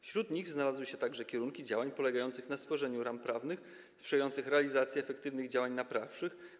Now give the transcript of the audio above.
Wśród nich znalazły się także kierunki działań polegających na stworzeniu ram prawnych sprzyjających realizacji efektywnych działań naprawczych.